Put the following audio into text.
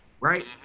right